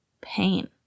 pain